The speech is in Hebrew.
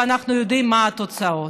ואנחנו יודעים מה התוצאות.